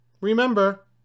Remember